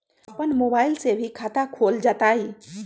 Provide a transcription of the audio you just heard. अपन मोबाइल से भी खाता खोल जताईं?